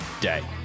day